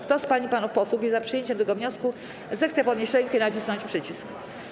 Kto z pań i panów posłów jest za przyjęciem tego wniosku, zechce podnieść rękę i nacisnąć przycisk.